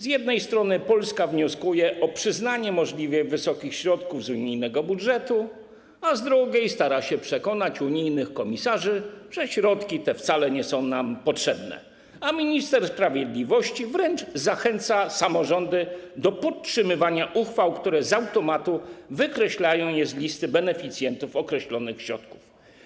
Z jednej strony Polska wnioskuje o przyznanie możliwie wysokich środków z unijnego budżetu, a z drugiej stara się przekonać unijnych komisarzy, że one wcale nie są nam potrzebne, a minister sprawiedliwości wręcz zachęca samorządy do podtrzymywania uchwał, które z automatu wykreślają je z listy beneficjentów określonych środków.